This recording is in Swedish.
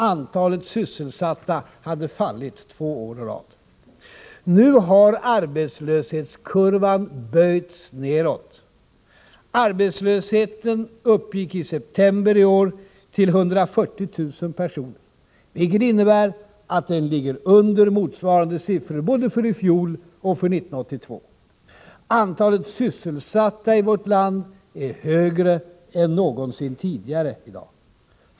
Antalet sysselsatta hade fallit två år i rad. Nu har arbetslöshetskurvan böjts nedåt. Arbetslösheten uppgick i september i år till 140 000 personer, vilket innebär att den ligger under motsvarande siffror både för i fjol och för 1982. Antalet sysselsatta i vårt land är högre än någonsin tidigare.